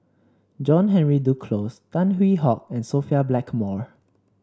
John Henry Duclos Tan Hwee Hock and Sophia Blackmore